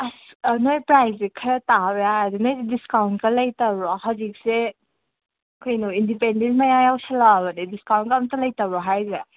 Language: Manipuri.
ꯑꯁ ꯅꯣꯏ ꯄ꯭ꯔꯥꯏꯁꯁꯦ ꯈꯔ ꯇꯥꯕ ꯌꯥꯔꯗꯤ ꯅꯣꯏꯁꯦ ꯗꯤꯁꯀꯥꯎꯟꯀ ꯂꯩꯇꯕ꯭ꯔꯣ ꯍꯧꯖꯤꯛꯁꯦ ꯀꯩꯅꯣ ꯏꯟꯗꯤꯄꯦꯟꯗꯦꯟ ꯃꯌꯥ ꯌꯧꯁꯤꯜꯂꯛꯑꯕꯅꯦ ꯗꯤꯁꯀꯥꯎꯟꯒ ꯑꯃꯇ ꯂꯩꯇꯕ꯭ꯔꯣ ꯍꯥꯏꯔꯤꯁꯦ